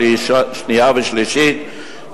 שנייה ושלישית,